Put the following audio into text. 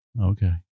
Okay